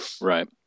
Right